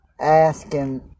asking